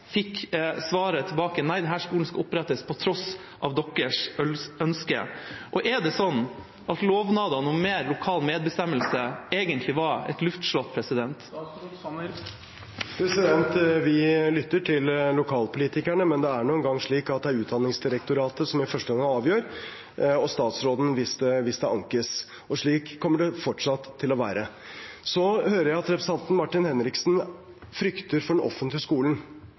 fikk til svar at skolen skulle opprettes på tross av deres ønske. Er det sånn at lovnadene om mer lokal medbestemmelse egentlig var et luftslott? Vi lytter til lokalpolitikerne, men det er nå engang slik at det er Utdanningsdirektoratet som i første omgang avgjør, og statsråden hvis det ankes. Slik kommer det fortsatt til å være. Jeg hører at representanten Martin Henriksen frykter for den offentlige skolen.